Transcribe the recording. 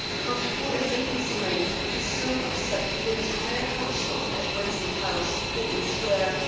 but for a lady's maid to so upset the entire household at wensley house, portman square,